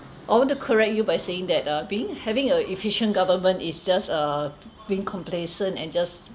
I want to correct you by saying that uh being having a efficient government is just uh being complacent and just